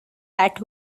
that